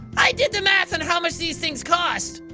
i did the math on how much these things cost!